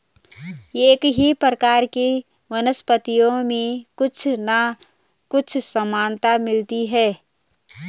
एक ही प्रकार की वनस्पतियों में कुछ ना कुछ समानता मिलती है